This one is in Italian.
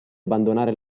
abbandonare